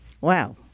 Wow